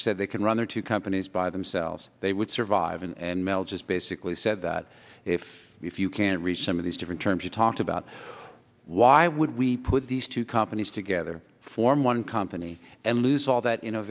said they can run their two companies by themselves they would survive and mel just basically said that if you can reach some of these different terms you talked about why would we put these two companies together form one company and lose all that